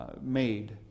made